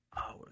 hours